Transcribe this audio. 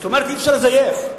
זאת אומרת, אי-אפשר לזייף.